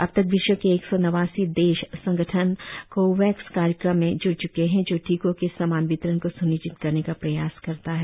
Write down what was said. अब तक विशव के एक सौ नवासी देश संगठन कोवैकस कार्यक्रम में जुड़े चुके हैं जो टीकों के समान वितरण को सुनिश्चित करने का प्रयास करता है